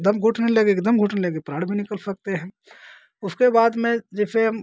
दम घुटने लगेगा दम घुटने लगे प्राण भी निकल सकते हैं उसके बाद में जैसे हम